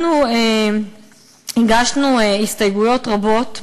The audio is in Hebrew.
אנחנו הגשנו הסתייגויות רבות,